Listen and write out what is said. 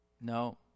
No